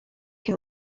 can